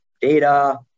data